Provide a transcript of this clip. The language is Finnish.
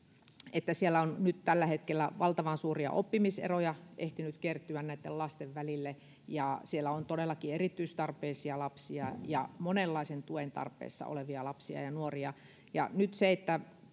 että nyt tällä hetkellä on valtavan suuria oppimiseroja ehtinyt kertyä näitten lasten välille ja on todellakin erityistarpeisia lapsia ja monenlaisen tuen tarpeessa olevia lapsia ja nuoria nyt sen että